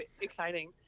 exciting